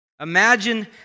Imagine